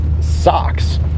socks